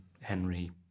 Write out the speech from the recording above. Henry